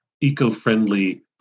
eco-friendly